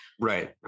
Right